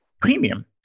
premium